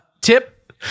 tip